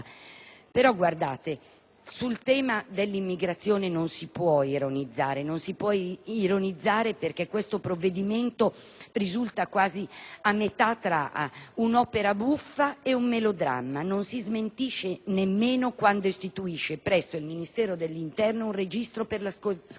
Sul tema dell'immigrazione non si può ironizzare; questo provvedimento risulta a metà tra un'opera buffa e un melodramma e non si smentisce nemmeno quando istituisce presso il Ministero dell'interno un registro per la schedatura dei cosiddetti *clochard.*